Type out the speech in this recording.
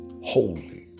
holy